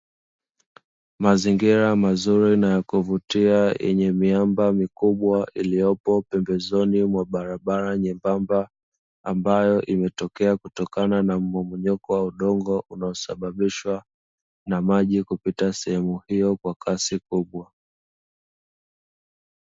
Mazingira mazuri na ya kuvutia, yenye miamba mikubwa iliyopo pembezoni mwa barabara nyembamba, ambayo imetokea kutokana na mmomonyoko wa udongo unaosababishwa na maji kupita sehemu hiyo kwa kasi kubwa.